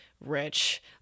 rich